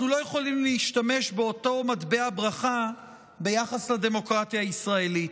אנחנו לא יכולים להשתמש באותו מטבע ברכה ביחס לדמוקרטיה הישראלית.